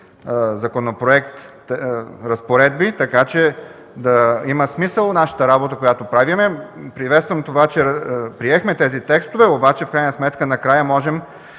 законопроект, разпоредби, така че да има смисъл нашата работа, която правим. Приветствам това, че приехме тези текстове, обаче в крайна сметка накрая можем